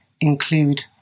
include